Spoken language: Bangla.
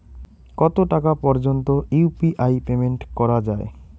কত টাকা পর্যন্ত ইউ.পি.আই পেমেন্ট করা যায়?